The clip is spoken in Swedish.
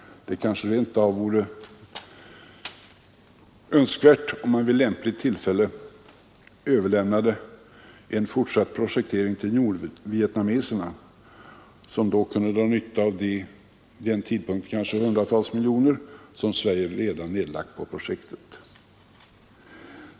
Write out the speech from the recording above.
Det kanske rent av vore önskvärt att man vid lämpligt tillfälle överlämnade en fortsatt projektering till nordvietnameserna som då kunde dra nytta av de vid den tidpunkten kanske hundratals miljoner som Sverige nedlagt på projektet.